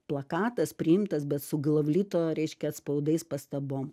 plakatas priimtas bet su glavlito reiškia atspaudais pastabom